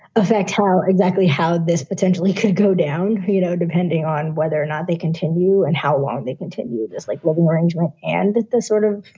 affect her. exactly how this potentially could go down. you know, depending on whether or not they continue and how long they continue this like level orange roll and then sort of,